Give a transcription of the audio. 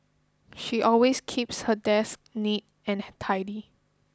she always keeps her desk neat and tidy